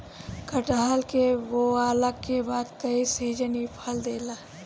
कटहल के बोअला के बाद कई सीजन इ फल देला